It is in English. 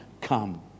come